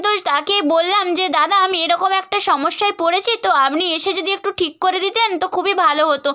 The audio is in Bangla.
তো তাকে বললাম যে দাদা আমি এরকম একটা সমস্যায় পড়েছি তো আপনি এসে যদি একটু ঠিক করে দিতেন তো খুবই ভালো হতো